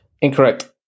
Incorrect